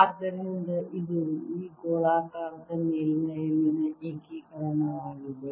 ಆದ್ದರಿಂದ ಇದು ಈ ಗೋಳಾಕಾರದ ಮೇಲ್ಮೈಯಲ್ಲಿನ ಏಕೀಕರಣವಾಗಿದೆ